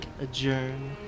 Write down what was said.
adjourn